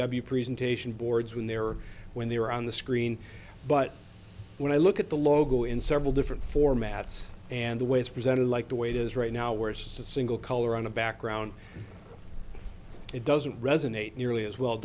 w presentation boards when they were when they were on the screen but when i look at the logo in several different formats and the way it's presented like the way it is right now where it's the single color on a background it doesn't resonate nearly as well it